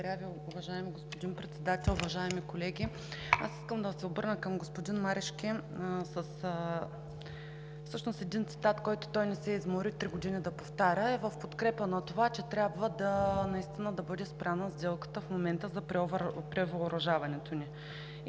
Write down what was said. Ви. Уважаеми господин Председател, уважаеми колеги! Аз искам да се обърна към господин Марешки с един цитат, който той не се измори три години да повтаря. Той е в подкрепа на това, че трябва наистина да бъде спряна в момента сделката за превъоръжаването ни.